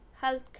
health